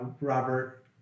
Robert